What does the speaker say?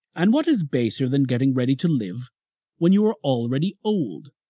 and, what is baser than getting ready to live when you are already old?